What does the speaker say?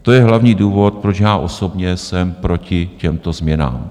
To je hlavní důvod, proč já osobně jsem proti těmto změnám.